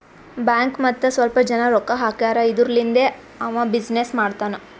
bank ಮತ್ತ ಸ್ವಲ್ಪ ಜನ ರೊಕ್ಕಾ ಹಾಕ್ಯಾರ್ ಇದುರ್ಲಿಂದೇ ಅವಾ ಬಿಸಿನ್ನೆಸ್ ಮಾಡ್ತಾನ್